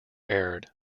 aired